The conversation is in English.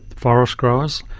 forest growers,